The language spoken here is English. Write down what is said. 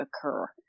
occur